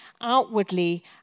outwardly